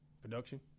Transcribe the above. Production